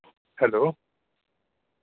hello